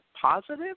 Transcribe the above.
positive